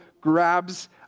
grabs